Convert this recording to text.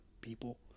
people